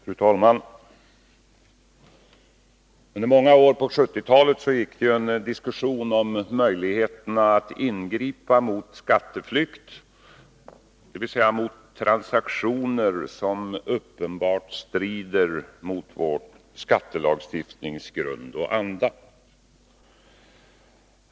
Fru talman! Under många år på 1970-talet fördes en diskussion om möjligheterna att ingripa mot skatteflykt, dvs. mot transaktioner som uppenbart strider mot vår skattelagstiftnings grund och anda.